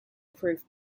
proof